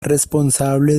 responsable